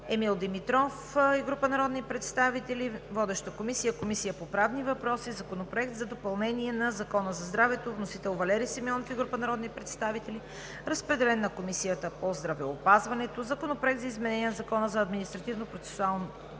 Емил Димитров и група народни представители. Водеща е Комисията по правни въпроси. Законопроект за допълнение на Закона за здравето. Вносител е Валери Симеонов и група народни представители. Разпределен е на Комисията по здравеопазването. Законопроект за изменение на Закона за административно-териториалното